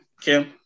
Kim